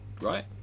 right